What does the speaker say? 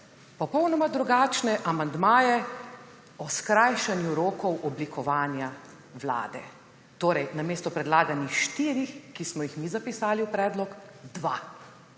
popolnoma drugačne amandmaje o skrajšanju rokov oblikovanja vlade. Torej namesto predlaganih štirih, ki smo jih mi zapisali v predlog, dva.